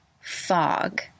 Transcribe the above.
fog